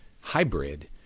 hybrid